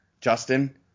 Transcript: Justin